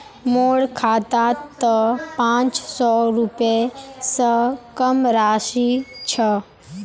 मोर खातात त पांच सौ रुपए स कम राशि छ